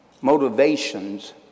motivations